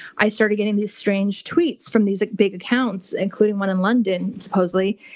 i started getting these strange tweets from these big accounts, including one in london, supposedly,